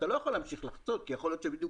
אתה לא יכול להמשיך לחצות כי יכול להיות שבדיוק